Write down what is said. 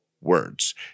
words